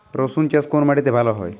রুসুন চাষ কোন মাটিতে ভালো হয়?